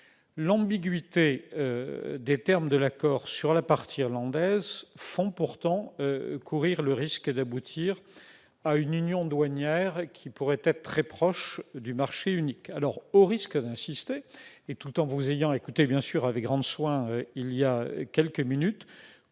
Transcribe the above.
L'ambiguïté des termes de l'accord sur la partie irlandaise fait pourtant courir le risque d'aboutir à une union douanière qui pourrait être très proche du marché unique. Au risque d'insister, et tout en vous ayant écoutée bien sûr avec grand soin il y a quelques minutes,